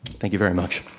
thank you very much.